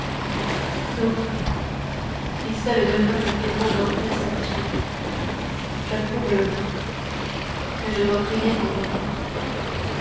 l'autre est celle d'un homme qu'edmond dantès a tué j'approuve le meurtre mais je dois prier pour le mort